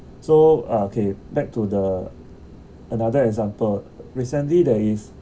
so ah okay back to the another example recently there is